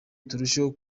turusheho